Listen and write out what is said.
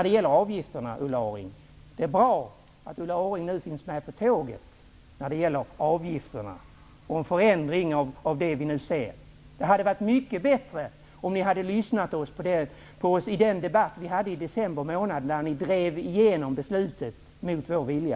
Det är bra att Ulla Orring nu finns med på tåget när det gäller en förändring av avgifterna. Det hade varit mycket bättre om ni hade lyssnat på oss i den debatt vi hade i december månad, då ni drev igenom beslutet mot vår vilja.